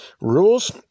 Rules